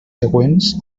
següents